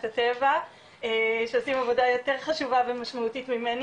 הטבע שעושים עבודה יותר חשובה ומשמעותית ממני,